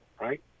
right